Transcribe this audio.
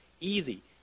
easy